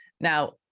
Now